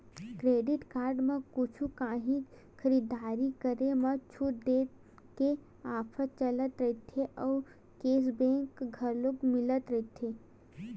credit card म कुछु काही खरीददारी करे म छूट देय के ऑफर चलत रहिथे अउ केस बेंक घलो मिलत रहिथे